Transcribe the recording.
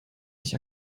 nicht